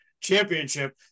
championship